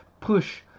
push